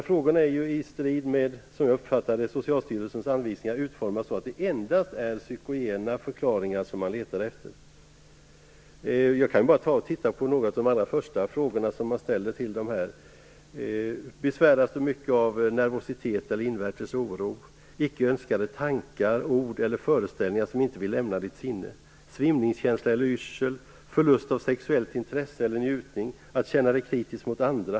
Frågorna är, i strid med Socialstyrelsens anvisningar som jag uppfattar det, utformade så att det endast är psykogena förklaringar man letar efter. Jag kan bara titta på några av de första frågorna man ställer: Besväras du mycket av nervositet eller av invärtes oro? Icke önskade tankar, ord eller föreställningar som inte vill lämna ditt sinne? Svimningskänslor eller yrsel? Förlust av sexuellt intresse eller njutning? Känner du dig kritisk mot andra?